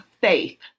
faith